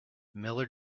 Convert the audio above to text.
miller